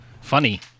funny